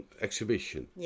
exhibition